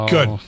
Good